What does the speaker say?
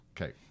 Okay